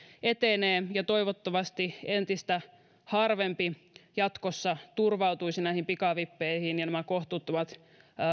etenee ja toivottavasti entistä harvempi jatkossa turvautuisi näihin pikavippeihin ja nämä kohtuuttomat